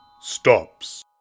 stops